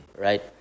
Right